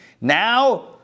Now